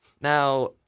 Now